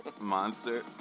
Monster